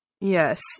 Yes